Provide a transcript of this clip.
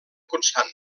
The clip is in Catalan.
constant